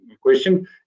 question